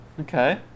Okay